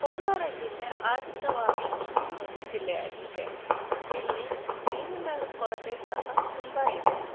ಕೋಲಾರ ಜಿಲ್ಲೆ ಆರ್ಥಿಕವಾಗಿ ಹಿಂದುಳಿದ ಜಿಲ್ಲೆಯಾಗಿದೆ ಇಲ್ಲಿ ನೀರಿನ ಕೊರತೆ ಸಹ ತುಂಬ ಇದೆ